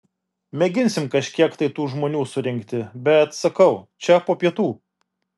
mėginsim kažkiek tai tų žmonių surinkti bet sakau čia po pietų